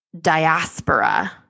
diaspora